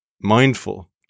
mindful